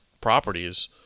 properties